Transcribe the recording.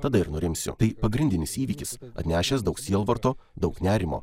tada ir nurimsiu tai pagrindinis įvykis atnešęs daug sielvarto daug nerimo